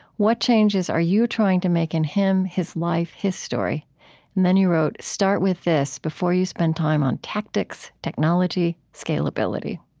what changes are you trying to make in him, his life, his story? and then you wrote, start with this before you spend time on tactics, technology, scalability.